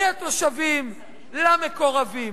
מהתושבים למקורבים,